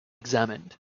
examined